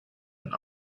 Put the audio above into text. and